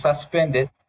suspended